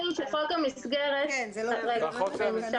אזכיר שחוק המסגרת קובע.